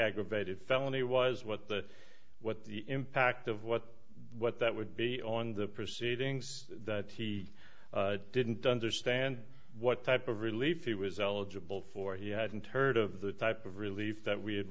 aggravated felony was what the what the impact of what what that would be on the proceedings that he didn't understand what type of relief he was eligible for he hadn't heard of the type of relief that we had